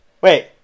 Wait